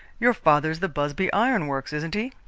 your father's the busby iron works, isn't he?